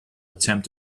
attempt